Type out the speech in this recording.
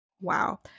wow